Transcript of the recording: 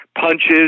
Punches